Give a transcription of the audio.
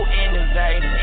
innovative